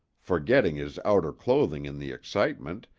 forgetting his outer clothing in the excitement,